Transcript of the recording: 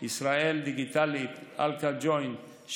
ישראל דיגיטלית ואלכא-ג'וינט,